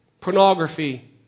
pornography